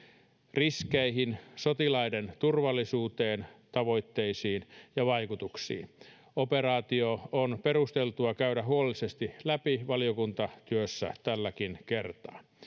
riskeihin sotilaiden turvallisuuteen tavoitteisiin ja vaikutuksiin operaatio on perusteltua käydä huolellisesti läpi valiokuntatyössä tälläkin kertaa